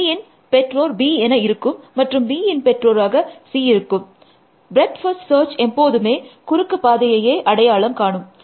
Gயின் பெற்றோர் B என இருக்கும் மற்றும் Bயின் பெற்றோராக C இருக்கும் ப்ரெட்த் ஃபர்ஸ்ட் சர்ச் எப்போதுமே குறுக்கு பாதையையே அடையாளம் காணும்